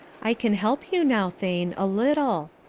i can help you now, thane a little.